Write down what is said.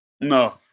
no